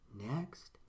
Next